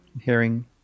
hearing